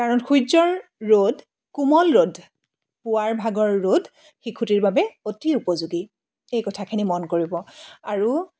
কাৰণ সূৰ্য্যৰ ৰ'দ কোমল ৰ'দ পুৱাৰ ভাগৰ ৰ'দ শিশুটিৰ বাবে অতি উপযোগী এই কথাখিনি মন কৰিব আৰু